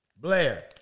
Blair